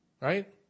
right